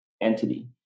entity